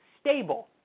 stable